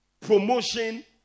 promotion